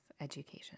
education